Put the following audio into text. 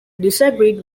disagreed